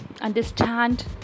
understand